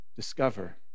Discover